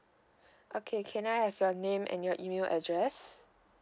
okay can I have your name and your email address